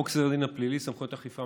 חוק סדר הדין הפלילי (סמכויות אכיפה,